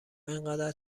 انقدر